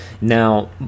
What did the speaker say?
Now